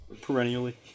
perennially